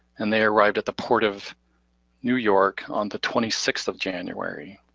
and they arrived at the port of new york on the twenty sixth of january,